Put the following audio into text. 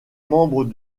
membres